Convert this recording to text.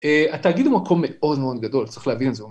אה.. התאגיד הוא מקום מאוד מאוד גדול, צריך להבין את זה.